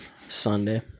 Sunday